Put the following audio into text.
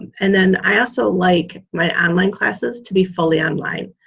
and then i also like my online classes to be fully online.